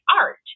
art